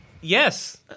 Yes